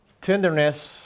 tenderness